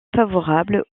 favorable